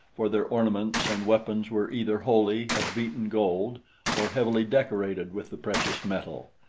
for their ornaments and weapons were either wholly of beaten gold or heavily decorated with the precious metal.